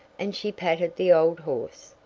and she patted the old horse.